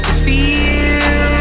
feel